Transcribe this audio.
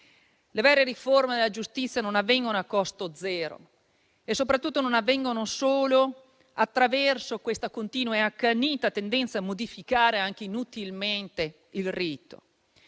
Le vere riforme della giustizia non avvengono a costo zero e soprattutto non avvengono solo attraverso la continua e accanita tendenza a modificare inutilmente il rito.